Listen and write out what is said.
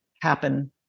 happen